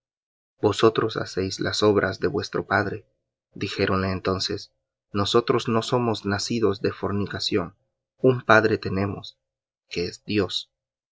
vosotros hacéis las obras de vuestro padre dijéronle entonces nosotros no somos nacidos de fornicación un padre tenemos dios